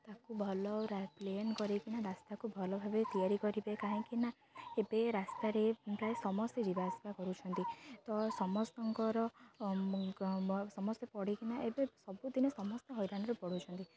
ତାକୁ ଭଲ ପ୍ଲେନ୍ କରିକିନା ରାସ୍ତାକୁ ଭଲ ଭାବେ ତିଆରି କରିବେ କାହିଁକି ନା ଏବେ ରାସ୍ତାରେ ପ୍ରାୟ ସମସ୍ତେ ଯିବା ଆସିବା କରୁଛନ୍ତି ତ ସମସ୍ତଙ୍କର ସମସ୍ତେ ପଡ଼ିକିନା ଏବେ ସବୁଦିନେ ସମସ୍ତେ ହଇରାଣରେ ପଡ଼ୁଛନ୍ତି